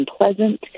unpleasant